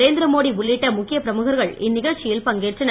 நரேந்திர மோடி உள்ளிட்ட முக்கிய பிரமுகர்கள் இந்நிகழ்ச்சியில் பங்கேற்றனர்